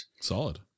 Solid